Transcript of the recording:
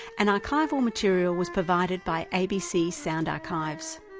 and archival material was provided by abc sound archives.